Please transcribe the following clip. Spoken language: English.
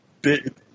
big